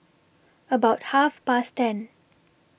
about Half Past ten